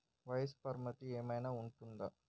వయస్సు పరిమితి ఏమైనా ఉంటుందా?